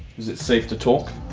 is it safe to talk?